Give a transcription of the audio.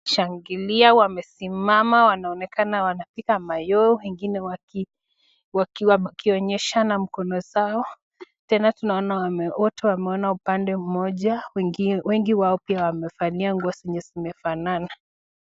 Sherehekea wamesimama wanaonekana wanapiga mayowe wengine wakionyeshana mikono zao. Tena tunaona wote wameona upande mmoja. wengi wao pia wamevalia nguo zenye zimefanana.